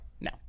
no